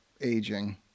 aging